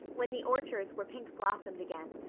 when the orchards were pink blossomed again,